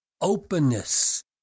openness